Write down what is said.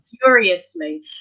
furiously